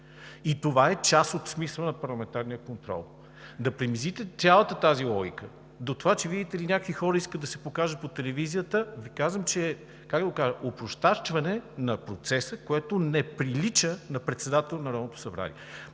И това е част от смисъла на парламентарния контрол! Да принизите цялата тази логика до това, че, видите ли, някакви хора искат да се покажат по телевизията, е опростачване на процеса, което не прилича на председател на Народното събрание.